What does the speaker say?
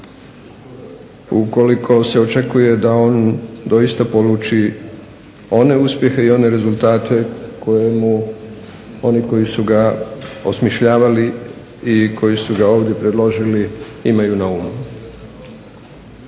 Ukoliko se očekuje da on doista poluči one uspjehe i one rezultate koje mu oni koji su ga osmišljavali i koji su ga ovdje predložili imaju na umu.